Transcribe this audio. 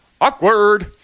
awkward